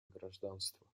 гражданство